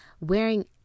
wearing